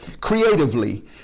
creatively